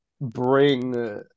bring